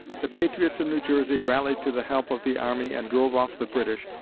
the patriots of new jersey rallied to the help of the army and drove off the british,